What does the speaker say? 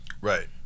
Right